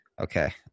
Okay